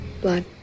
Blood